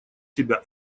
себя